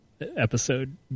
episode